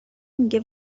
میگه